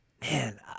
man